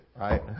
right